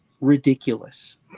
ridiculous